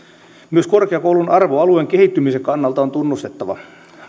myös korkeakoulun arvo alueen kehittymisen kannalta on tunnustettava